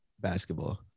basketball